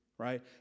Right